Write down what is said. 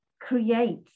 create